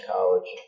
College